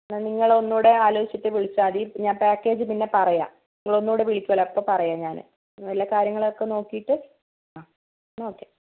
നിങ്ങൾ ഒന്നുകൂടെ ആലോചിച്ചിട്ട് വിളിച്ചാൽ മതി പിന്നെ ഞാൻ പാക്കേജ് പിന്നെ പറയാം നിങ്ങൾ ഒന്നുകൂടെ വിളിക്കുമല്ലോ അപ്പോൾ പറയാം ഞാൻ എല്ലാ കാര്യങ്ങളൊക്കെ നോക്കിയിട്ട് ആ എന്നാൽ ഓക്കെ